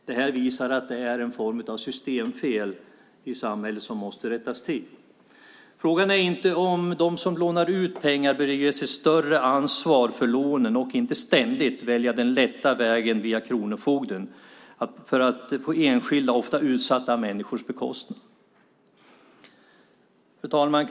Det här visar att det är en form av systemfel i samhället som måste rättas till. Frågan är om inte de som lånar ut pengar bör ges ett större ansvar för lånen så att de inte ständigt kan välja den lätta vägen via kronofogden på enskilda, ofta utsatta, människors bekostnad. Fru talman!